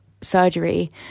surgery